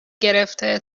گرفته